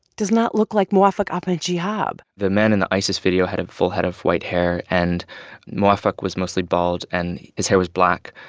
does not look like mowafaq ahmad shihab the man in the isis video had a full head of white hair. and mowafaq was mostly bald, and his hair was black,